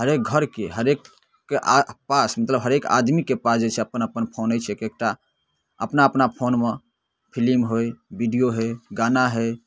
हरेक घरके हरेकके आसपास मतलब हरेक आदमीके पास जे छै अपन अपन फोन अछि एक एकटा अपना अपना फोनमे फिलिम होइ वीडिओ होइ गाना होइ